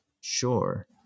sure